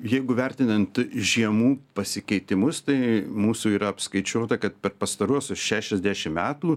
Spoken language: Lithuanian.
jeigu vertinant žiemų pasikeitimus tai mūsų yra apskaičiuota kad per pastaruosius šešiasdešim metų